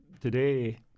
today